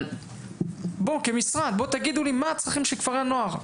אבל בואו כמשרד תגידו לי מה הצרכים של כפרי הנוער.